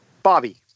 bobby